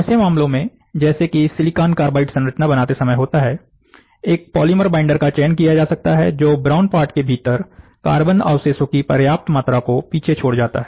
ऐसे मामलों में जैसे कि सिलिकॉन कार्बाइड संरचना बनाते समय होता है एक पॉलीमर बाईंडर का चयन किया जा सकता है जो ब्राउन पार्ट के भीतर कार्बन अवशेषों की पर्याप्त मात्रा को पीछे छोड़ जाता है